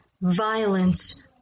violence